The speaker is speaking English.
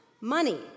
Money